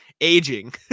Aging